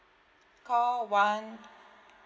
call one